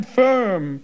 firm